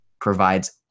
provides